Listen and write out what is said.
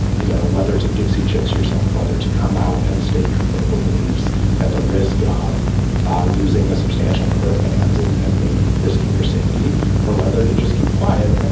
you know, whether to dixie chicks herself, whether to come out and state your political beliefs at the risk of losing a substantial number of fans and and maybe risking your safety or whether to just keep quiet,